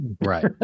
right